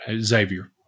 Xavier